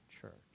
church